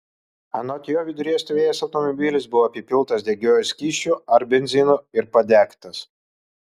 anot jo viduryje stovėjęs automobilis buvo apipiltas degiuoju skysčiu ar benzinu ir padegtas